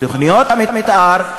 תוכניות המתאר.